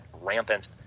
rampant